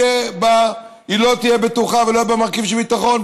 היא לא תהיה בטוחה במרכיב של הביטחון,